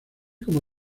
como